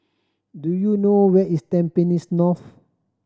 do you know where is Tampines North